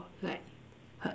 like